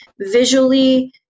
visually